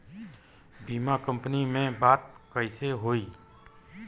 बीमा कंपनी में बात कइसे होई?